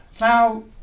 Now